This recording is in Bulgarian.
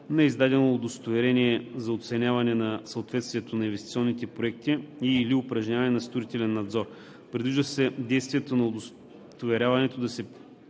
на издадено удостоверение за оценяване на съответствието на инвестиционните проекти и/или упражняване на строителен надзор. Предвижда се действието на удостоверението да се